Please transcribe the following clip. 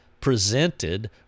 presented